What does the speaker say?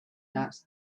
that